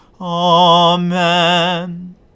Amen